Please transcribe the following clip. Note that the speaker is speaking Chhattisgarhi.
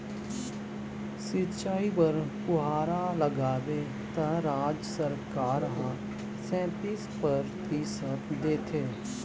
सिंचई बर फुहारा लगाबे त राज सरकार ह सैतीस परतिसत देथे